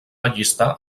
allistar